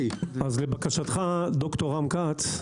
לבקשתך, ד"ר רם כץ,